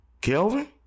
Kelvin